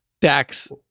Dax